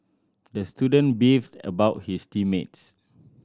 the student beefed about his team mates